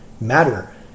matter